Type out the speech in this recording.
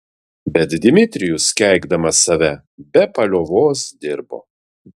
bet dmitrijus keikdamas save be paliovos dirbo